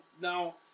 now